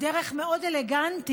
בדרך מאוד אלגנטית,